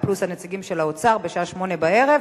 פלוס הנציגים של האוצר בשעה 20:00,